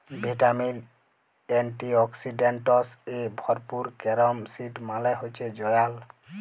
vitamin, antioxidants এ ভরপুর carom seed মালে হচ্যে জয়াল